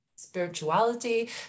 Spirituality